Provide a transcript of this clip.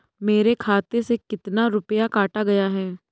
मेरे खाते से कितना रुपया काटा गया है?